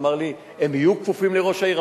אמר לי: הם יהיו כפופים לראש העיר.